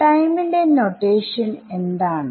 time ന്റെ notation എന്താണ്